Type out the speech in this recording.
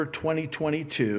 2022